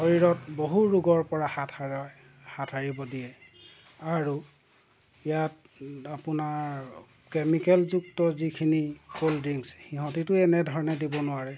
শৰীৰত বহু ৰোগৰ পৰা হাত সাৰাৰ হাত সাৰিব দিয়ে আৰু ইয়াত আপোনাৰ কেমিকেলযুক্ত যিখিনি ক'ল্ড ড্ৰিংকছ্ সিহঁতেটো এনেধৰণে দিব নোৱাৰে